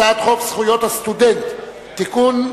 הצעת חוק זכויות הסטודנט (תיקון,